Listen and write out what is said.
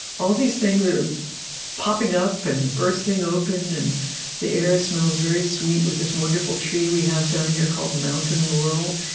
all these things are popping up and bursting open, and the air smells very sweet with this wonderful tree we have down here, called mountain laurel.